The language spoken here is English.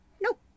Nope